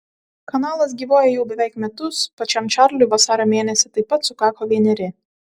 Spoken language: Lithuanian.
kanalas gyvuoja jau beveik metus pačiam čarliui vasario mėnesį taip pat sukako vieneri